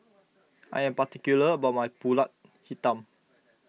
I am particular about my Pulut Hitam